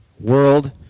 world